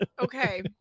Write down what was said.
Okay